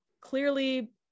clearly